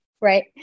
right